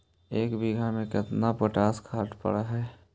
एक बिघा में केतना पोटास खाद पड़ है?